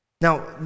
Now